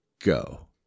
Go